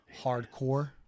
hardcore